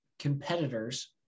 competitors